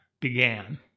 began